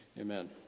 Amen